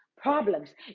problems